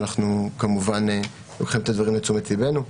ואנחנו כמובן לוקחים את הדברים לתשומת ליבנו,